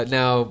now